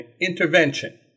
intervention